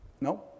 No